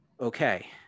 okay